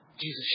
Jesus